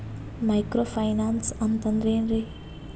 Micro finance ಅಂತಂದ್ರ ಏನ್ರೀ?